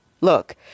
Look